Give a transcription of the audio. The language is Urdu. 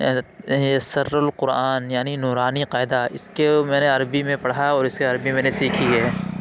یسرنا القرآن یعنی نورانی قاعدہ اس کو میں نے عربی میں پڑھا اور اس سےعربی میں نے سیکھی ہے